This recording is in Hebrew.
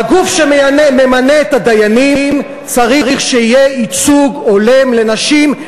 בגוף שממנה את הדיינים צריך שיהיה ייצוג הולם לנשים,